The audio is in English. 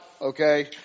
Okay